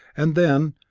and then,